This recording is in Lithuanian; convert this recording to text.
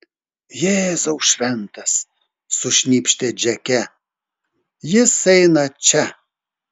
jėzau šventas sušnypštė džeke jis eina čia